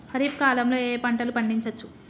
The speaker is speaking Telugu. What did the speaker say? ఖరీఫ్ కాలంలో ఏ ఏ పంటలు పండించచ్చు?